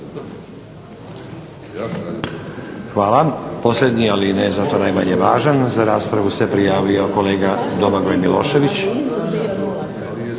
Hvala. Posljednji ali ne zato manje važan za raspravu se prijavio kolega Domagoj Milošević.